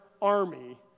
army